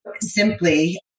Simply